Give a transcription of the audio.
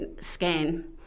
scan